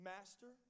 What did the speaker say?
Master